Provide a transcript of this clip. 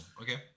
Okay